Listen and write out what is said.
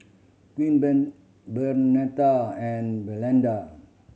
Queen Ben Bernetta and Belinda